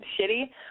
shitty